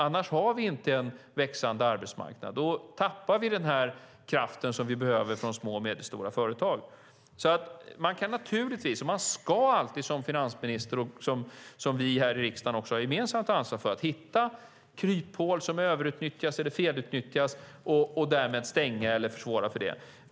Annars har vi inte en växande arbetsmarknad, och då tappar vi den här kraften som vi behöver från små och medelstora företag. Jag som finansminister, och vi här i riksdagen, har gemensamt ett ansvar att hitta kryphål som överutnyttjas eller felutnyttjas och därmed stänga eller försvåra möjligheten till detta.